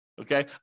okay